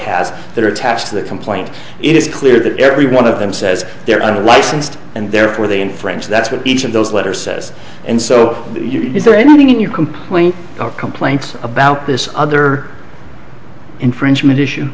has that are attached to the complaint it is clear that every one of them says they're under licensed and therefore they infringe that's what each of those letters says and so is there anything in your complaint complaints about this other infringement issue